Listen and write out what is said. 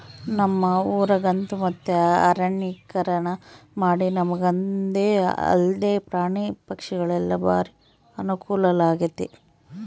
ನಮ್ಮ ಊರಗಂತೂ ಮತ್ತೆ ಅರಣ್ಯೀಕರಣಮಾಡಿ ನಮಗಂದೆ ಅಲ್ದೆ ಪ್ರಾಣಿ ಪಕ್ಷಿಗುಳಿಗೆಲ್ಲ ಬಾರಿ ಅನುಕೂಲಾಗೆತೆ